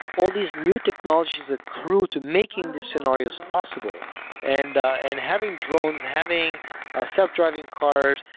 all these new technologies that grew to making these scenarios possible and and having drones, having ah self-driving cars,